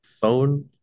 phone